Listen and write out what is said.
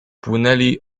płynęli